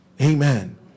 Amen